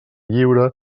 lliure